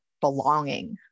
belonging